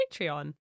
Patreon